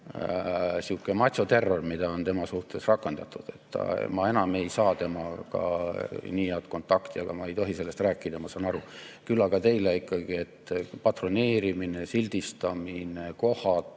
sihukemacho-terror, mida on tema suhtes rakendatud. Ma enam ei saa temaga nii head kontakti. Aga ma ei tohi sellest rääkida, ma saan aru. Küll aga teile: patroneerimine, sildistamine, kohatu